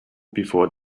before